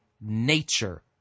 nature